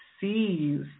sees